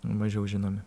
mažiau žinomi